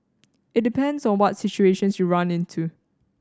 it depends on what situations you run into